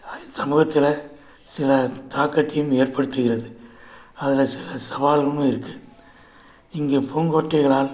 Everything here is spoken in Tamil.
இந்த சமூகத்தில் சில தாக்கத்தையும் ஏற்படுத்துக்கிறது அதில் சில சவால்களும் இருக்குது இங்கே பூங்கொட்டைகளால்